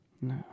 No